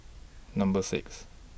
Number six